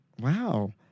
Wow